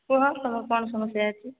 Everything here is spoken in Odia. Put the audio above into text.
କୁହ ତମର କଣ ସମସ୍ୟା ଅଛି